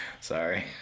Sorry